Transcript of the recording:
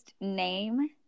name